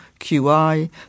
QI